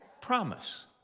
promise